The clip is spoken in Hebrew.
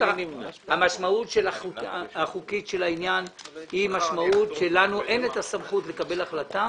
המשמעות החוקית של העניין היא משמעות שלנו אין את הסמכות לקבל החלטה